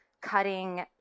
cutting